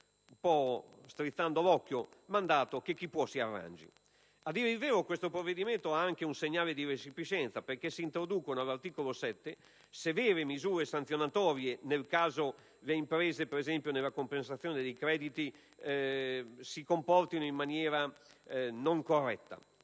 un po' l'occhio, è che «chi può, si arrangi». A dire il vero, questo provvedimento è anche un segnale di resipiscenza, perché si introducono, all'articolo 7, severe misure sanzionatorie nel caso le imprese, ad esempio nella compensazione dei crediti, si comportino in maniera non corretta.